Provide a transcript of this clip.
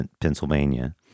Pennsylvania